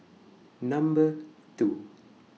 Number two